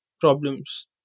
problems